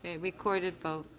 ah recorded vote.